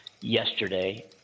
yesterday